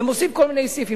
והם עושים כל מיני סעיפים.